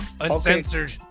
uncensored